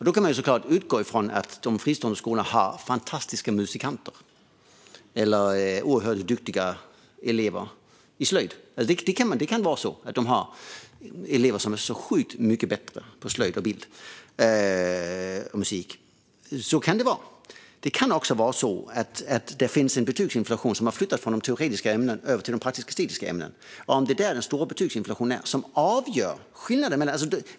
Då kan man förstås anta att de fristående skolorna har fantastiska musikanter eller elever som är oerhört duktiga i slöjd. Det kan ju vara så att de har elever som är sjukt mycket bättre på slöjd, bild och musik. Men det kan också vara så att det finns en betygsinflation som har flyttat från de teoretiska ämnena till de praktisk-estetiska ämnena. Den stora betygsinflationen kan vara avgörande.